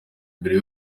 mbere